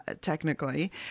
technically